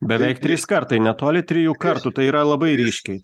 beveik trys kartai netoli trijų kartų tai yra labai ryškiai